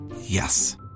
Yes